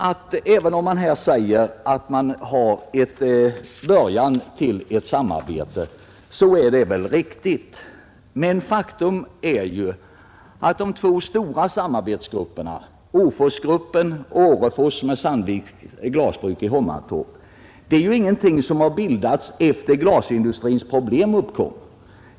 Det är väl riktigt att vi har början till ett samarbete, men faktum är att de två stora samarbetsgrupperna — Åforsgruppen och Orreforsgruppen med Sandvikens glasbruk i Hovmantorp — inte har bildats efter det att glasindustrins problem uppkom.